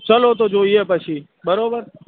ચાલો તો જોઈએ પછી બરાબર